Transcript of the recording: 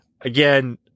again